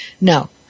No